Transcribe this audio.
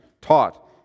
taught